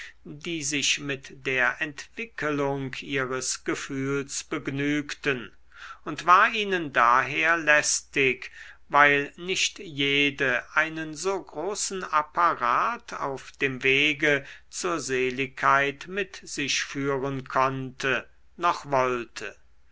die sich mit der entwickelung ihres gefühls begnügten und war ihnen daher lästig weil nicht jede einen so großen apparat auf dem wege zur seligkeit mit sich führen konnte noch wollte